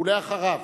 ואחריו,